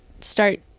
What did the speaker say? start